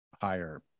higher